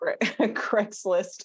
Craigslist